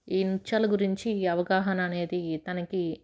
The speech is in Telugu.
ఈ నృత్యాల గురించి ఈ అవగాహన అనేది తనకి